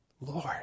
Lord